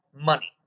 money